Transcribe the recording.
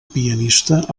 pianista